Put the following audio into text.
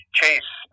chase